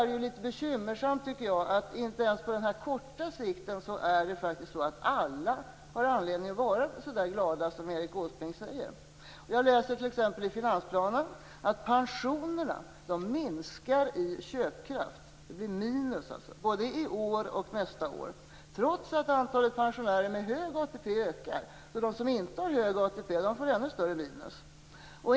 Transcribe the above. Det bekymmersamma är att inte alla har anledning att vara så glada, ens på den här korta sikten. Jag läser t.ex. i finansplanen att pensionerna minskar i köpkraft både i år och nästa år, trots att antalet pensionärer med hög ATP ökar. De som inte har hög ATP får alltså ännu större minus.